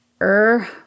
Er